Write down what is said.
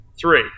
Three